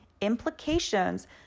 implications